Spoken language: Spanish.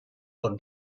por